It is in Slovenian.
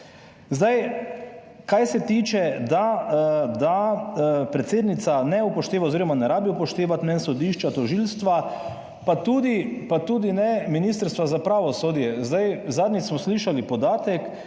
Zdaj, kar se tiče, da predsednica ne upošteva oziroma ne rabi upoštevati mnenj sodišča, tožilstva, pa tudi ne Ministrstva za pravosodje. Zdaj, zadnjič smo slišali podatek,